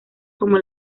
como